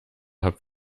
habt